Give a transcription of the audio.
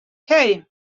hey